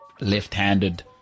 left-handed